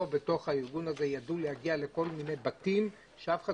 בארגון הזה ידעו להגיע לכל מיני בתים שאף אחד